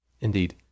Indeed